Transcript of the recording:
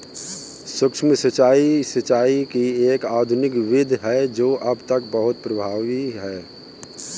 सूक्ष्म सिंचाई, सिंचाई की एक आधुनिक विधि है जो अब तक बहुत प्रभावी है